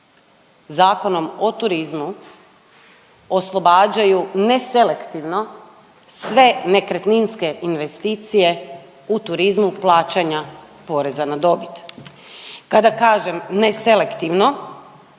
Zakonom o turizmu oslobađaju neselektivno sve nekretninske investicije u turizmu plaćanja poreza na dobit. Kada kažem neselektivno